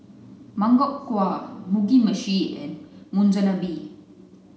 Makchang gui Mugi meshi and Monsunabe